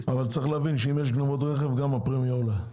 אבל צריך להבין שאם יש גניבות רכב גם הפרמיה עולה,